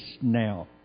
now